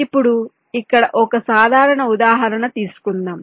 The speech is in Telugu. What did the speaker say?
ఇప్పుడు ఇక్కడ ఒక సాధారణ ఉదాహరణ తీసుకుందాం